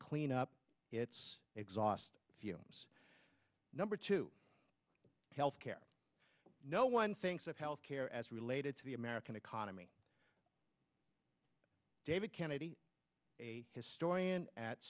clean up its exhaust fumes number two health care no one thinks of health care as related to the american economy david kennedy a historian at